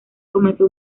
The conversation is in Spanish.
comenzó